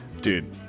Dude